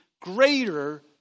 greater